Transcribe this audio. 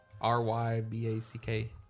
R-Y-B-A-C-K